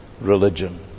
religion